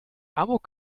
amok